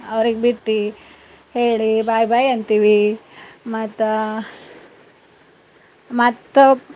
ಅವ್ರಿಗೆ ಬಿಟ್ಟು ಹೇಳಿ ಬೈ ಬೈ ಅಂತೀವಿ ಮತ್ತು ಮತ್ತು